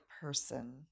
person